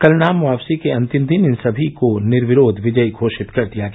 कल नाम वापसी के अंतिम दिन इन समी को निर्विरोध विजयी घोषित कर दिया गया